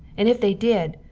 and if they did,